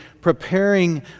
preparing